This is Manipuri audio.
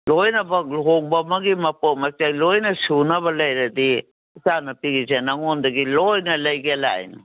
ꯂꯣꯏꯅꯃꯛ ꯂꯨꯍꯣꯡꯕ ꯑꯃꯒꯤ ꯃꯄꯣꯠ ꯃꯆꯩ ꯂꯣꯏꯅ ꯁꯨꯅꯕ ꯂꯩꯔꯗꯤ ꯏꯆꯥ ꯅꯨꯄꯤꯒꯤꯁꯦ ꯅꯉꯣꯟꯗꯒꯤ ꯂꯣꯏꯅ ꯂꯩꯒꯦ ꯂꯥꯛꯏꯅꯤ